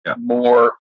more